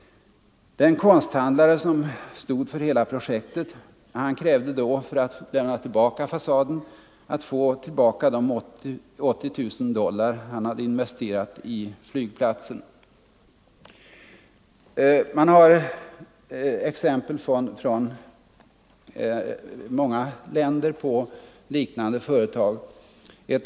Den konsthandlare som stod för hela projektet begärde då för att återlämna fasaden att få igen de 80 000 dollar han hade investerat i flygplatsen! Man har exempel från många länder på liknande företag.